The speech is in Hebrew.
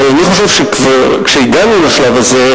אבל אני חושב שכשהגענו לשלב הזה,